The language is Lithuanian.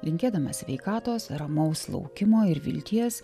linkėdama sveikatos ramaus laukimo ir vilties